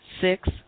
Six